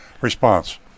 Response